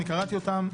אני קראתי אותן,